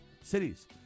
cities